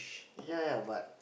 ya ya but